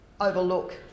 overlook